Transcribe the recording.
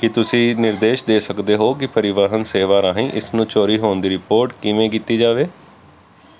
ਕੀ ਤੁਸੀਂ ਨਿਰਦੇਸ਼ ਦੇ ਸਕਦੇ ਹੋ ਕਿ ਪਰੀਵਾਹਨ ਸੇਵਾ ਰਾਹੀਂ ਇਸ ਨੂੰ ਚੋਰੀ ਹੋਣ ਦੀ ਰਿਪੋਰਟ ਕਿਵੇਂ ਕੀਤੀ ਜਾਵੇ